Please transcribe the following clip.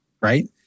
right